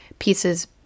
pieces